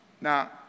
Now